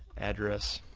address,